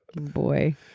Boy